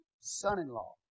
son-in-law